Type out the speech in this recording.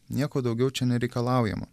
nieko daugiau čia nereikalaujama